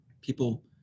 people